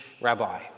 rabbi